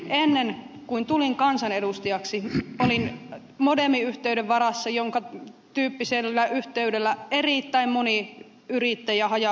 ennen kuin tulin kansanedustajaksi olin sellaisen modeemiyhteyden varassa jonka tyyppisellä yhteydellä erittäin moni yrittäjä haja asutusalueella toimii